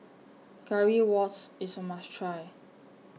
Currywurst IS A must Try